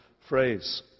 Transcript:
phrase